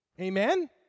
Amen